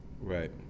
Right